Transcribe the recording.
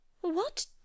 What